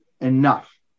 enough